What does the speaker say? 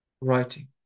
writing